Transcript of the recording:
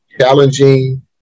challenging